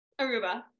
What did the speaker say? Aruba